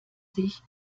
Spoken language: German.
sich